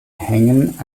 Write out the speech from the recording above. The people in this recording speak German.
hängen